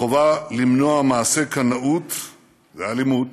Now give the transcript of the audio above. החובה למנוע מעשי קנאות ואלימות,